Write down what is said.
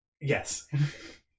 yes